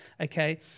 okay